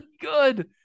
good